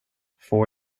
får